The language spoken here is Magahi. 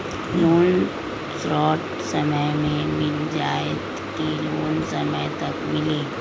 लोन शॉर्ट समय मे मिल जाएत कि लोन समय तक मिली?